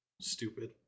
Stupid